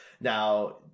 Now